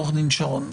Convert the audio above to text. עורך דין שרון,